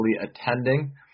attending